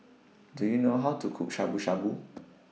Do YOU know How to Cook Shabu Shabu